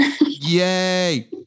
Yay